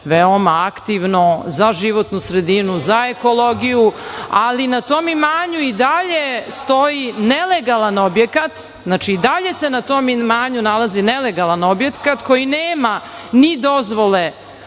veoma aktivno za životnu sredinu, za ekologiju, ali na tom imanju i dalje stoji nelegalan objekat, znači, i dalje se na tom imanju nalazi nelegalan objekat koji nema ni dozvole